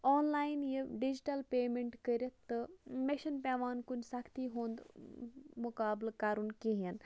آن line یہِ digital payment کٔرِتھ تہٕ مےٚ چھِنہٕ پیٚوان کُنہِ سختی ہُنٛد مُقابلہٕ کَرُن کِہیٖنۍ